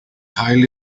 highly